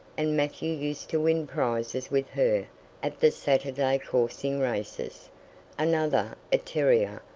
and matthew used to win prizes with her at the saturday coursing races another, a terrier,